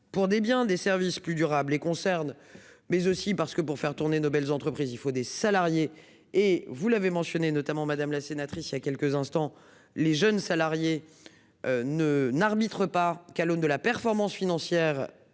pour des biens, des services plus durable et concerne mais aussi parce que pour faire tourner nos belles entreprises il faut des salariés et vous l'avez mentionné notamment madame la sénatrice y a quelques instants, les jeunes salariés. Ne n'arbitre par qu'à l'aune de la performance financière.